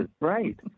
right